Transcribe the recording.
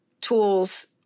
tools